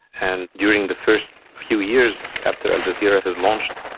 and during the first few years after al jazeera has launched,